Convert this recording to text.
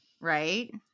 right